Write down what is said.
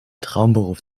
traumberuf